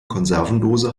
konservendose